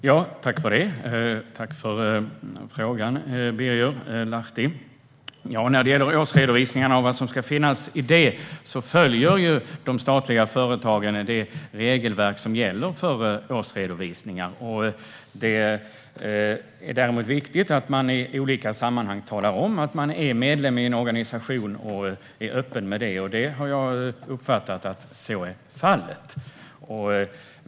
Herr talman! Jag tackar Birger Lahti för frågan. När det gäller årsredovisningarna och vad som ska finnas i dem följer de statliga företagen det regelverk som gäller för årsredovisningar. Det är däremot viktigt att de i olika sammanhang talar om att de är medlem i en organisation och är öppen med det. Jag har uppfattat att så är fallet.